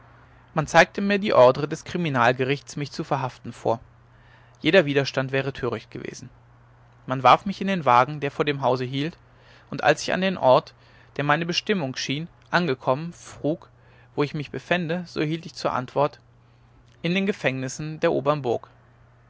man zeigte mir die ordre des kriminalgerichts mich zu verhaften vor jeder widerstand wäre töricht gewesen man warf mich in den wagen der vor dem hause hielt und als ich an den ort der meine bestimmung schien angekommen frug wo ich mich befände so erhielt ich zur antwort in den gefängnissen der